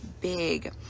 big